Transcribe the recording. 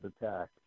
attack